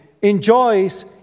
enjoys